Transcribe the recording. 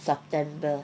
september